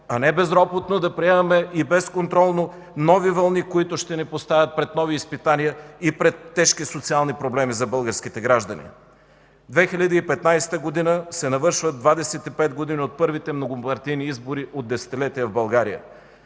и безконтролно да приемаме нови вълни, които ще ни поставят пред нови изпитания и пред тежки социални проблеми за българските граждани. През 2015 г. се навършват 25 години от първите многопартийни избори от десетилетия в България.